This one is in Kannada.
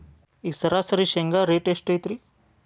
ಈಗ ಸರಾಸರಿ ಶೇಂಗಾ ರೇಟ್ ಎಷ್ಟು ಐತ್ರಿ?